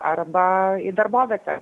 arba į darbovietę